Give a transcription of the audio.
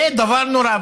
זה דבר נורא.